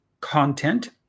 content